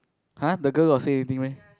!huh! the girl got say anything meh